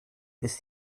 ist